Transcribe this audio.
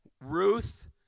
Ruth